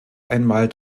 einmal